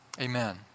Amen